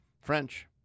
French